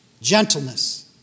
gentleness